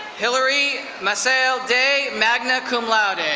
hillary maseo day, magna cum laude. and